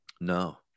No